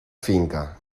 finca